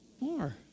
more